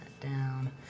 down